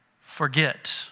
forget